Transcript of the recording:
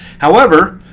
however,